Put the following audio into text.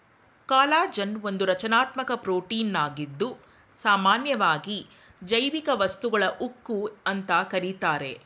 collagen ಒಂದು ರಚನಾತ್ಮಕ ಪ್ರೋಟೀನಾಗಿದ್ದು ಸಾಮನ್ಯವಾಗಿ ಜೈವಿಕ ವಸ್ತುಗಳ ಉಕ್ಕು ಅಂತ ಕರೀತಾರೆ